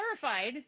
terrified